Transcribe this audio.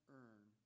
earn